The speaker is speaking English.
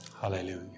Hallelujah